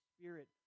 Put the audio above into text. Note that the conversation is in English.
Spirit